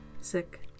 Sick